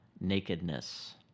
nakedness